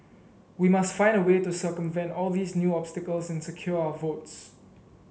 we must find a way to circumvent all these new obstacles and secure our votes